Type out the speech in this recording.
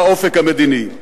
האופק המדיני.